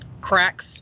cracks